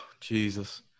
Jesus